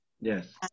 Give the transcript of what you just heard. Yes